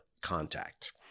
contact